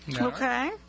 Okay